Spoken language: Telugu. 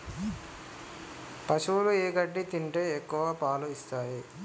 పశువులు ఏ గడ్డి తింటే ఎక్కువ పాలు ఇస్తాయి?